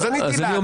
אז עניתי לה.